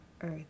earth